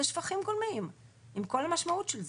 אלו שפכים גולמיים עם כל המשמעות של זה.